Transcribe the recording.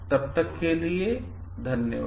तब तक के लिए धन्यवाद